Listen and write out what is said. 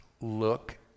Look